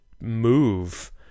move